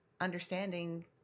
understanding